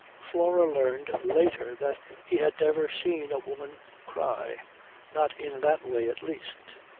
flora learned later that he had never seen a woman cry not in that way, at least.